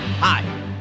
Hi